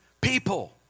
people